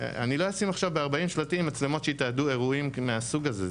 אני לא אשים עכשיו ב-40 שלטים מצלמות שיתעדו אירועים מהסוג הזה.